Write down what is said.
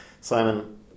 Simon